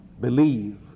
Believe